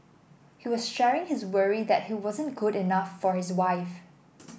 he was sharing his worry that he wasn't good enough for his wife